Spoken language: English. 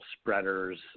spreaders